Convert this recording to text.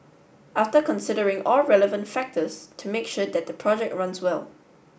after considering all relevant factors to make sure that the project runs well